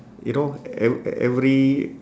you know eve~ every